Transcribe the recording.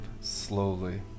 slowly